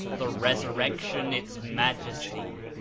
the resurrection its ma jesty,